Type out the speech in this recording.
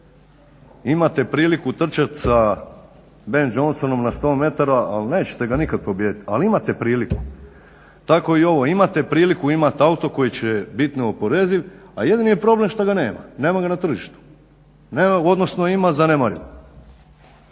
Imate priliku trčati sa Ben Johnsonom na 100m ali nećete ga nikad pobijediti, ali imate priliku. Tako i ovo imate priliku imati auto koji će biti neoporeziv, a jedini problem što ga nema, nema ga na tržištu, odnosno ima … Između